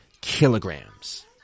kilograms